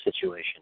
situation